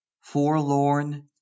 Forlorn